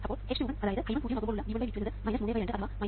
അപ്പോൾ h12 അതായത് I1 പൂജ്യം ആകുമ്പോൾ ഉള്ള V1 V2 എന്നത് 32 അഥവാ 1